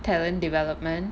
talent development